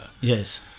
Yes